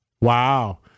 Wow